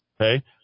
okay